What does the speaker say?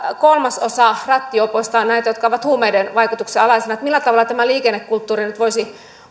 kolmasosa rattijuopoista on näitä jotka ovat huumeiden vaikutuksen alaisina millä tavalla myös tämä liikennekulttuuri nyt voisi